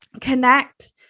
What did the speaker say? connect